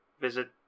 Visit